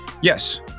Yes